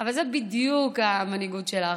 אבל זה בדיוק המנהיגות שלך,